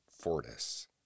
Fortis